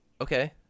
Okay